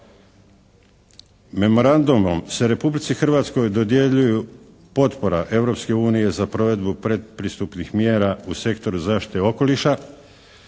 Memorandumom se Republici Hrvatskoj dodjeljuju potpora Europske unije za provedbu predpristupnih mjera u sektoru zaštite okoliša